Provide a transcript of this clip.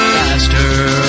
faster